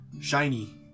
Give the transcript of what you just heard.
Shiny